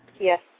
Yes